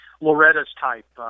Loretta's-type